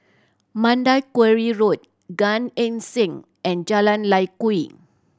Mandai Quarry Road Gan Eng Seng and Jalan Lye Kwee